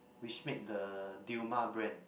which made the Dilmah brand